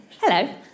Hello